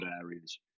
areas